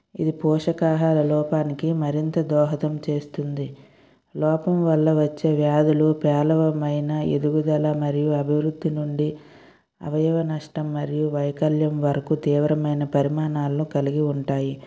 ఇది పోషకాహార లోపానికి మరింత దోహదం చేస్తుంది లోపం వల్ల వచ్చే వ్యాధులు పేలవమైన ఎదుగుదల మరియు అభివృద్ధి నుండి అవయవ నష్టం మరియు వైకల్యం వరకు తీవ్రమైన పరిమాణాలను కలిగి ఉంటాయి